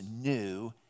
new